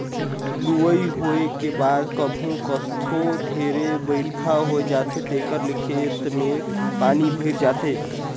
लुवई होए के बाद कभू कथों ढेरे बइरखा होए जाथे जेखर ले खेत में पानी भइर जाथे